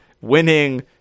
winning